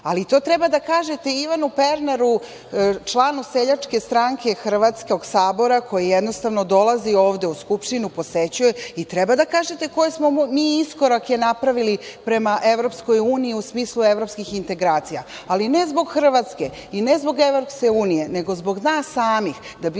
to treba da kažete Ivanu Pernaru, članu Seljačke stranke Hrvatskog sabora, koji jednostavno dolazi ovde u Skupštinu, posećuje i treba da kažete koje smo mi iskorake napravili prema EU u smislu evropskih integracija, ali ne zbog Hrvatske i ne zbog EU, nego zbog nas samih, da bi